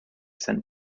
sent